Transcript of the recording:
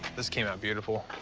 this came out beautiful.